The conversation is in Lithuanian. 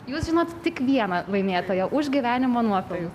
jūs žinot tik vieną laimėtoją už gyvenimo nuopelnus